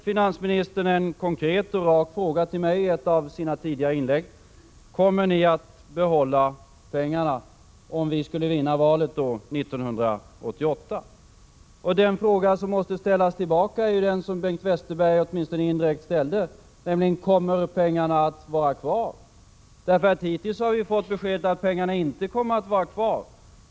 Finansministern ställde en konkret och rak fråga till mig i ett av sina inlägg: Kommer ni att behålla pengarna om ni skulle vinna valet 1988? Den fråga som måste riktas tillbaka till finansministern är den som Bengt Westerberg åtminstone indirekt ställde: Kommer pengarna att vara kvar? Hittills har vi 65 fått besked om att pengarna inte kommer att finnas kvar.